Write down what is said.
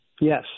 Yes